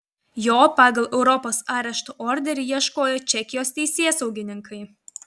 jo pagal europos arešto orderį ieškojo čekijos teisėsaugininkai